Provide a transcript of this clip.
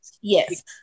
yes